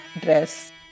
dress